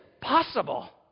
possible